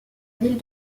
ville